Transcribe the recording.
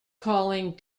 calling